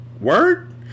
Word